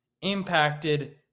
impacted